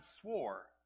swore